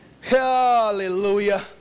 hallelujah